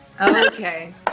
Okay